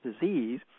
disease